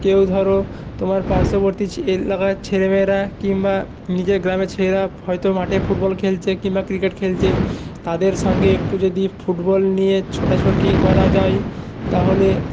কেউ ধরো তোমার পার্শ্ববর্তী এলাকার ছেলেমেয়েরা কিংবা নিজের গ্রামের ছেলেরা হয়তো মাঠে ফুটবল খেলছে কিংবা ক্রিকেট খেলছে তাদের সঙ্গে একটু যদি ফুটবল নিয়ে ছোটাছুটি করা যায় তাহলে